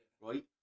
right